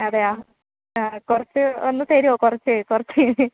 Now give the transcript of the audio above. അതെയോ ആ കുറച്ച് ഒന്ന് തരുമോ കുറച്ച് കുറച്ച്